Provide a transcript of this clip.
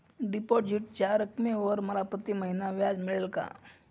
डिपॉझिटच्या रकमेवर मला प्रतिमहिना व्याज मिळेल का?